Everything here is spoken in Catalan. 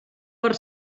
per